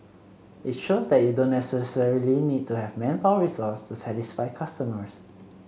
it shows that you don't necessarily need to have manpower resources to satisfy customers